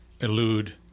elude